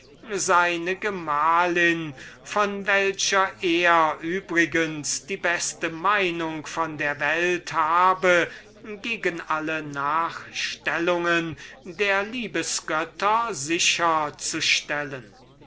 seine gemahlin von welcher er übrigens die beste meinung von der welt habe gegen alle nachstellungen der liebesgötter